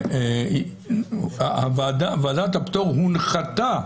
ועדת הפטור הונחתה